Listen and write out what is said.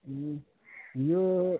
यो